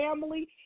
family